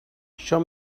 show